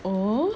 oh